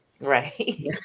Right